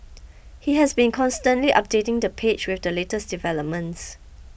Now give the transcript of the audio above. he has been constantly updating the page with the latest developments